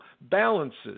balances